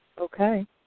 Okay